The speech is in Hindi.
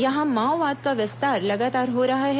यहां माओवाद का विस्तार लगातार हो रहा है